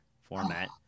format